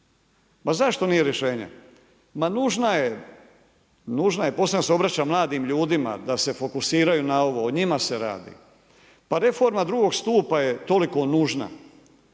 Ma zašto nije rješenje? Ma nužna je posebno se obraćam mladim ljudima da se fokusiraju na ovo, o njim se radi, pa reforma drugog stupa je toliko nužna